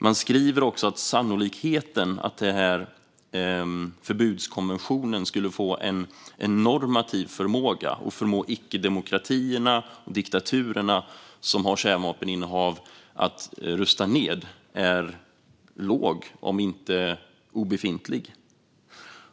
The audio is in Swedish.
Man skriver också att sannolikheten att denna förbudskonvention skulle få en normativ förmåga och förmå icke-demokratierna och diktaturerna med kärnvapeninnehav att rusta ned är låg om inte obefintlig.